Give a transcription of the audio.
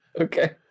Okay